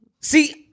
See